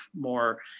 more